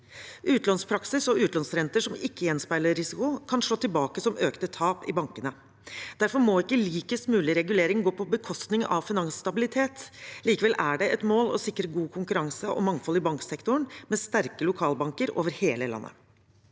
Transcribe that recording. Utlånspraksis og utlånsrenter som ikke gjen speiler risiko, kan slå tilbake som økte tap i bankene. Derfor må ikke likest mulig regulering gå på bekostning av finansstabilitet. Likevel er det et mål å sikre god konkurranse og mangfold i banksektoren med sterke lokalbanker over hele landet.